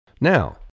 now